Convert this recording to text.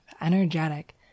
energetic